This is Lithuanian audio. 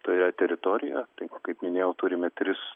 toje teritorijoje tai kaip minėjau turime tris